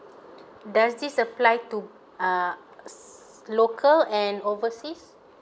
does this apply to uh local and overseas